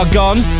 gone